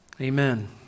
Amen